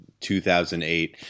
2008